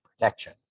protection